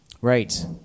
Right